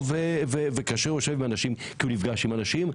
כאשר הוא יושב ונפגש עם אנשים,